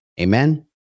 Amen